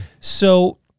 So-